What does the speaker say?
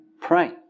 pray